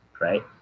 Right